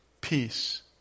peace